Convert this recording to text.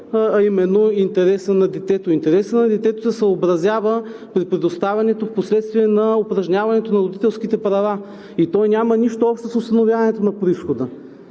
а именно интересът на детето. Интересът на детето се съобразява при предоставянето впоследствие на упражняването на родителските права и то няма нищо общо с установяването на произхода.